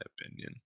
opinion